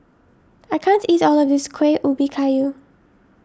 I can't eat all of this Kuih Ubi Kayu